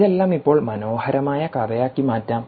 ഇതെല്ലാം ഇപ്പോൾ മനോഹരമായ കഥയാക്കി മാറ്റാം